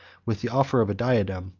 with the offer of a diadem,